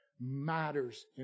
matters